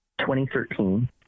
2013